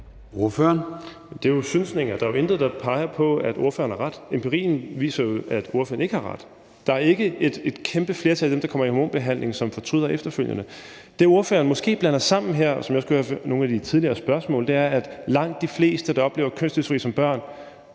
Det er jo synsninger. Der er jo intet, der peger på, at ordføreren har ret. Empirien viser jo, at ordføreren ikke har ret. Der er ikke et kæmpe flertal af dem, der kommer i hormonbehandling, som fortryder efterfølgende. Det, ordføreren måske blander sammen her, og som jeg også kunne høre af nogle af de tidligere spørgsmål, er, at langt de fleste, der oplever kønsdysfori som børn,